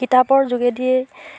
কিতাপৰ যোগেদিয়েই